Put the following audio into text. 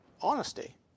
Honesty